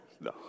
No